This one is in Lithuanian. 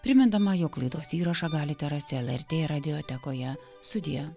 primindama jog laidos įrašą galite rasti lrt radiotekoje sudie